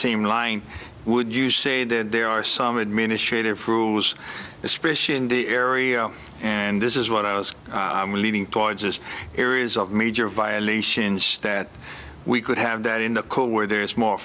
same line would you say that there are some administrative rules especially in the area and this is what i was leading towards is areas of major violations that we could have that in the code where there is more